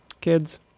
Kids